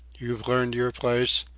you've learned your place,